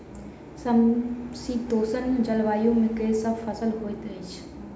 समशीतोष्ण जलवायु मे केँ फसल सब होइत अछि?